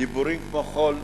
דיבורים כמו חול,